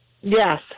yes